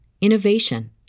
innovation